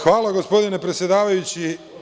Hvala gospodine predsedavajući.